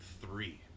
three